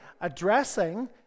addressing